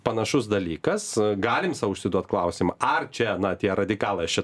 panašus dalykas galim sau užsiduot klausimą ar čia na tie radikalai aš čia